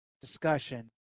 discussion